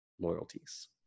loyalties